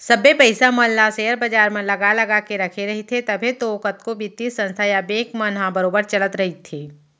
सबे पइसा मन ल सेयर बजार म लगा लगा के रखे रहिथे तभे तो कतको बित्तीय संस्था या बेंक मन ह बरोबर चलत रइथे